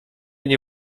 nie